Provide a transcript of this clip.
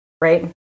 Right